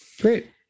Great